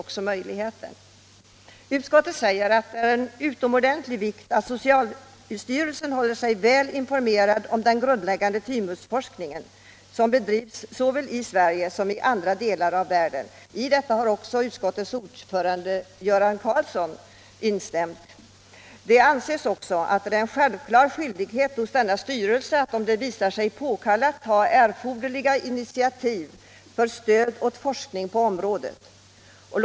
Vidare säger utskottet att det är av utomordentlig vikt att socialstyrelsen håller sig väl informerad om den grundläggande tymusforskning som bedrivs såväl i Sverige som i andra delar av världen. I detta har också utskottets ordförande Göran Karlsson instämt. Likaså anses det vara en självklar skyldighet för socialstyrelsen att, om så visar sig påkallat, ta erforderliga initiativ för stöd åt forskning på detta område.